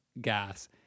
gas